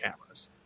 cameras